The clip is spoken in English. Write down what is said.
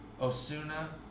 Osuna